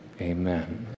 Amen